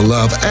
Love